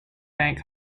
bank